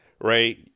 Right